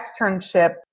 externship